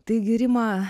taigi rima